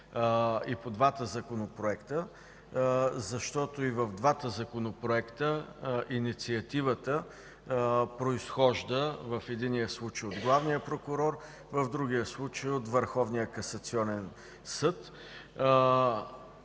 и по двата законопроекта, защото и в двата законопроекта инициативата произхожда, в единия случай, от главния прокурор, в другия случай – от